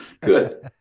Good